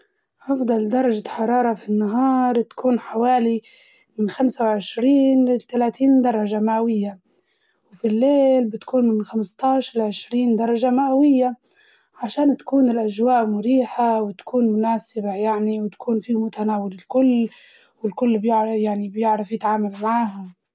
أفضل درجة حرارة في النهار بتكون حوالي من خمسة وعشرين لتلاتين درجة مئوية، وفي الليل بتكون من خمسة عشر لعشرين درجة مئوية، عشان تكون الأجواء مريحة وتكون مناسبة يعني وتكون في متناول الكل والكل بيعرف يعني بيعرف يتعامل معاها.